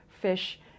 fish